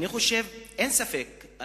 אין ספק,